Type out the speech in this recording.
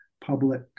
public